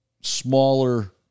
smaller